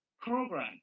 program